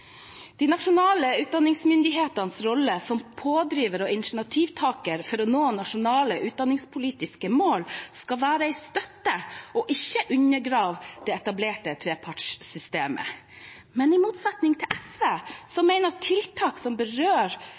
De nasjonale utdanningsmyndighetens rolle som pådriver og initiativtaker for å nå nasjonale utdanningspolitiske mål skal være en støtte, ikke undergrave det etablerte trepartssystemet. Men i motsetning til SV, som mener at tiltak som berører